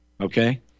Okay